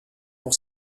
pour